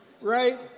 right